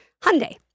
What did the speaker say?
Hyundai